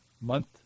month